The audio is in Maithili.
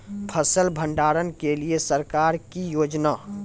फसल भंडारण के लिए सरकार की योजना?